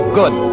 good